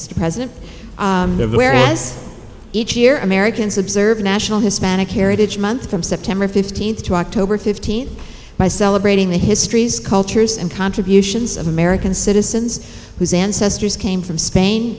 mr president as each year americans observe national hispanic heritage month from september fifteenth to october fifteenth by celebrating the histories cultures and contributions of a american citizens whose ancestors came from spain